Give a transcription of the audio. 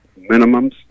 minimums